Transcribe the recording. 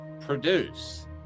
produce